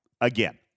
again